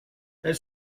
elle